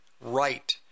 right